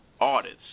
audits